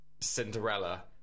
Cinderella